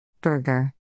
Burger